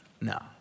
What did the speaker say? No